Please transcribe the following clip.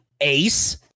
ace